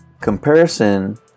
comparison